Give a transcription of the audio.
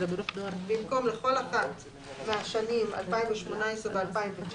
במקום ״לכל אחת מהשנים 2018 ו-2019"